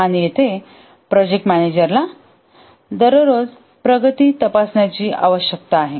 आणि येथे प्रोजेक्ट मॅनेजरला दररोज प्रगती तपासण्याची आवश्यकता आहे